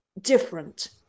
different